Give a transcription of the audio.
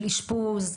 של אשפוז,